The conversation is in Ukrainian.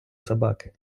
собаки